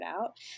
out